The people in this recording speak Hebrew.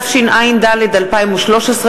התשע"ד 2013,